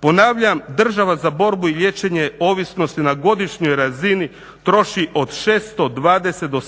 Ponavljam, država za borbu i liječenje ovisnosti na godišnjoj razini troši od 620 do